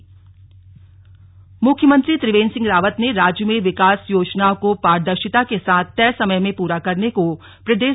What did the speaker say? समीक्षा मुख्यमंत्री त्रिवेन्द्र सिंह रावत ने राज्य में विकास योजनाओं को पारदर्रिता के साथ तय समय में पूरा करने को प्रदे